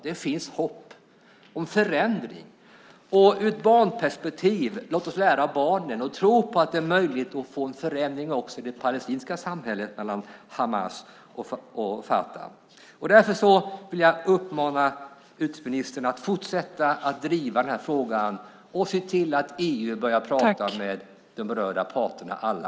Det finns hopp om förändring. Låt oss lära av barnen och tro att det är möjligt att få en förändring också i det palestinska samhället mellan Hamas och Fatah. Jag vill uppmana utrikesministern att fortsätta att driva den här frågan och se till att EU börjar prata med de berörda parterna, alla.